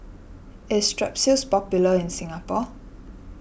is Strepsils popular in Singapore